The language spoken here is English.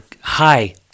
Hi